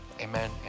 Amen